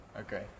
Okay